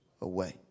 away